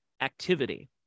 activity